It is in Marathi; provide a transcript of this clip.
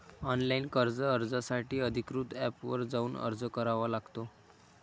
ऑनलाइन कर्ज अर्जासाठी अधिकृत एपवर जाऊन अर्ज करावा लागतो